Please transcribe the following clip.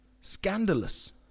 scandalous